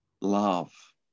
Love